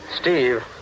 Steve